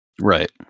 Right